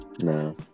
No